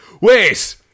Wait